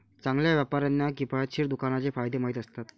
चांगल्या व्यापाऱ्यांना किफायतशीर दुकानाचे फायदे माहीत असतात